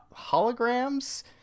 holograms